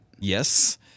Yes